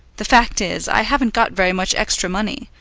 the fact is, i haven't got very much extra money.